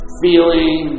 feeling